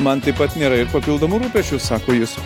man taip pat nėra ir papildomų rūpesčių sako jis